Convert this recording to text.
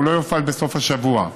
הוא לא יופעל בסוף השבוע.